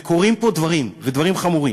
וקורים פה דברים, ודברים חמורים.